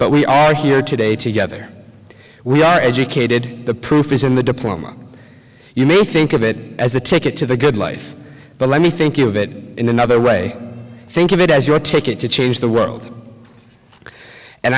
but we are here today together we are educated the proof is in the diploma you may think of it as a ticket to the good life but let me think of it in another way think of it as your ticket to change the world and